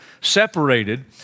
separated